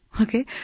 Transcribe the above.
Okay